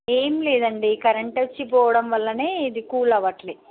ఏం లేదండి కరెంట్ వచ్చి పోవడం వల్లనే ఇది కూల్ అవ్వట్లే